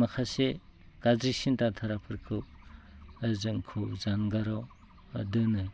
माखासे गाज्रि सिन्था धाराफोरखौ जोंखौ जानगाराव बा दोनो